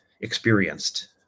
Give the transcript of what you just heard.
experienced